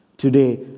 Today